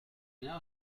now